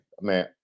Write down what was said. man